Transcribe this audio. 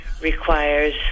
requires